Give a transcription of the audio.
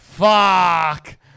Fuck